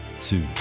Two